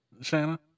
Shanna